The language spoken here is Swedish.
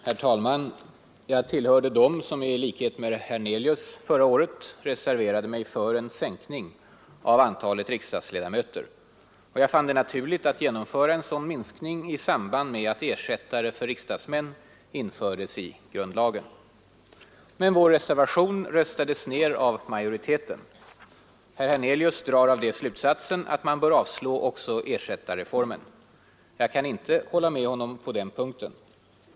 Herr talman! Jag tillhörde dem som i likhet med herr Hernelius förra året reserverade mig för en sänkning av antalet riksdagledamöter. Jag fann det naturligt att genomföra en sådan minskning i samband med att en bestämmelse om ersättare för riksdagsmän infördes i grundlagen. Men vår reservation röstades ned av majoriteten. Herr Hernelius drar av detta slutsatsen att man bör avslå också ersättarreformen. Jag kan inte hålla med honom på den punkten.